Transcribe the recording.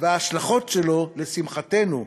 וההשלכות שלו, לשמחתנו,